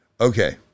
Okay